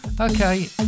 Okay